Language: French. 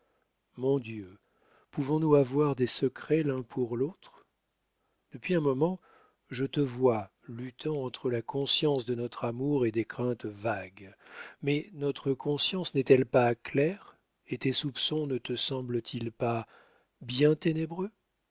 mon dieu pouvons-nous avoir des secrets l'un pour l'autre depuis un moment je te vois luttant entre la conscience de notre amour et des craintes vagues mais notre conscience n'est-elle pas claire et tes soupçons ne te semblent-ils pas bien ténébreux